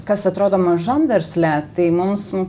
kas atrodo mažam versle tai mums